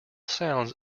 sounds